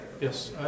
Yes